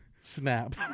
Snap